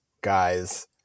guys